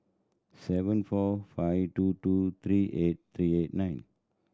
seven four five two two three eight three eight nine